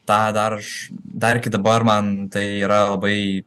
tą dar aš dar iki dabar man tai yra labai